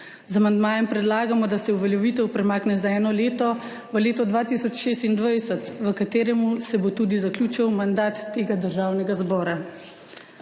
Z amandmajem predlagamo, da se uveljavitev premakne za eno leto, v leto 2026, v katerem se bo tudi zaključil mandat tega državnega zbora.